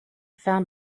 found